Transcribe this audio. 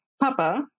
papa